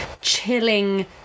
chilling